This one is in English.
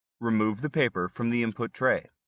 remove the paper from the input tray.